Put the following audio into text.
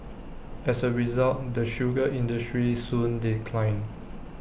as A result the sugar industry soon declined